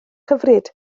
hyfryd